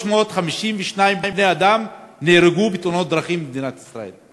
352 בני-אדם נהרגו בתאונות דרכים במדינת ישראל.